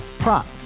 Prop